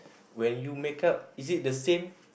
when you makeup is it the same